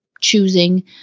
choosing